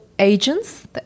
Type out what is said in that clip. agents